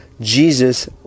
Jesus